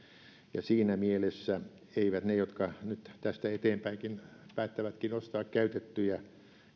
siinä mielessä eivät ne jotka nyt tästä eteenpäinkin päättävätkin ostaa käytettyjä